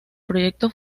proyecto